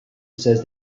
says